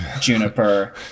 juniper